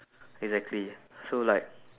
exactly so like